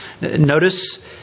Notice